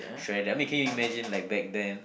shred like can you imagine like back then